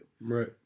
Right